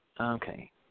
Okay